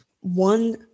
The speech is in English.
one